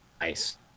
Nice